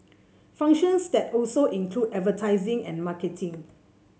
functions that also include advertising and marketing